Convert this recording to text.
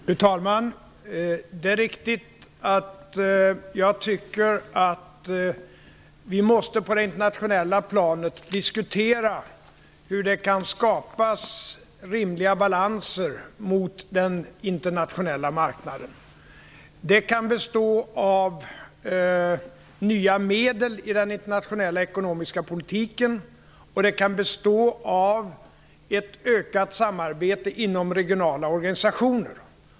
Fru talman! Det är riktigt att jag tycker att vi måste på det internationella planet diskutera hur det kan skapas rimliga balanser mot den internationella marknaden. De kan bestå av nya medel i den internationella ekonomiska politiken, och de kan bestå av ett ökat samarbete inom regionala organisationer.